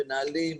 מנהלים,